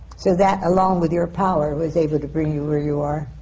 so that, along with your power, was able to bring you where you are